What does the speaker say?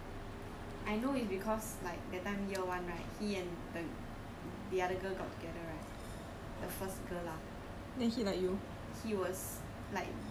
ya he know lah why he know uh I know is because like that time year one right he and the the other girl got right the first girl lah